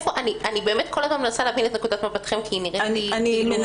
אני כל הזמן מנסה להבין את נקודת מבטכם כי היא נראית לי מוזרה.